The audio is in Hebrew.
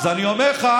אז אני אומר לך,